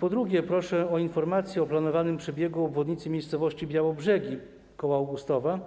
Po drugie, proszę o informację o planowanym przebiegu obwodnicy miejscowości Białobrzegi koło Augustowa